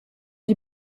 die